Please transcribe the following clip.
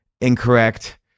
incorrect